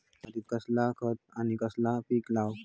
त्या मात्येत कसला खत आणि कसला पीक लाव?